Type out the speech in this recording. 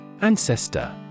Ancestor